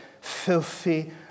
filthy